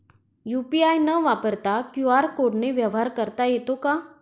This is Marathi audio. यू.पी.आय न वापरता क्यू.आर कोडने व्यवहार करता येतो का?